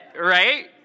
right